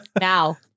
Now